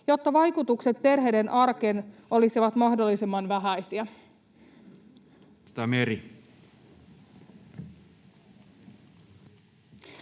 jotta vaikutukset perheiden arkeen olisivat mahdollisimman vähäisiä?